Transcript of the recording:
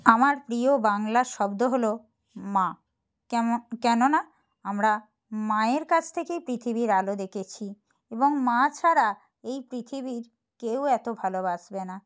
আমার প্রিয় বাংলা শব্দ হলো মা কেমো কেননা আমরা মায়ের কাছ থেকেই পৃথিবীর আলো দেকেছি এবং মা ছাড়া এই পৃথিবীর কেউ এত ভালোবাসবে না